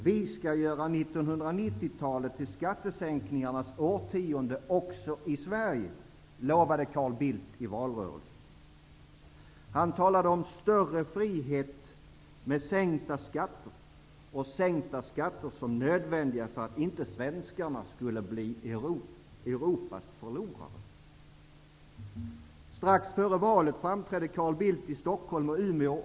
''Vi skall göra 1990-talet till skattesänkningarnas årtionde också i Sverige'', lovade Carl Bildt i valrörelsen. Han talade om större frihet med sänkta skatter och sänkta skatter som nödvändiga för att inte svenskarna skulle bli Europas förlorare. Strax före valet framträdde Carl Bildt i Stockholm och Umeå.